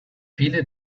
viele